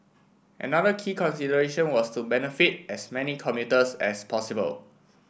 another key consideration was to benefit as many commuters as possible